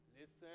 Listen